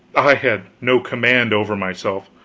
i had no command over myself,